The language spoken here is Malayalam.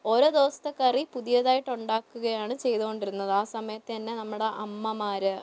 ഓരോ ദിവസത്തെ കറി പുതിയതായിട്ട് ഉണ്ടാക്കുകയാണ് ചെയ്തുകൊണ്ടിരുന്നത് ആ സമയത്തു തന്നെ നമ്മുടെ അമ്മമാർ